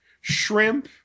shrimp